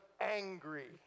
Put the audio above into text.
angry